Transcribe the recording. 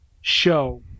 show